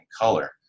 color